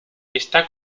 esta